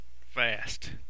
fast